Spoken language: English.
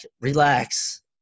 relax